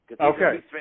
Okay